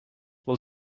will